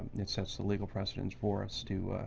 it sets the legal precedence for us to